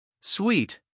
sweet